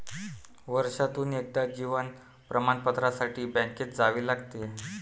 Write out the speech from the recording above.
वर्षातून एकदा जीवन प्रमाणपत्रासाठी बँकेत जावे लागते